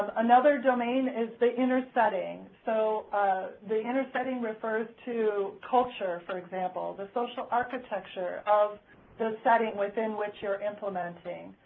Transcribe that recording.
um another domain is the inner setting, so ah the inner setting refers to culture, for example, the social architecture of the setting within which you're implementing.